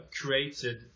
created